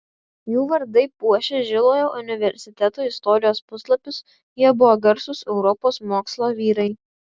jų vardai puošia žilojo universiteto istorijos puslapius jie buvo garsūs europos mokslo vyrai